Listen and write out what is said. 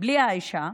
בלי האישה.